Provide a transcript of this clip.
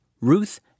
Ruth